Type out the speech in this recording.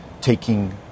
taking